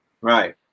Right